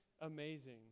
amazing